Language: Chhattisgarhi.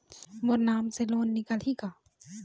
मोर नाम से लोन निकारिही का?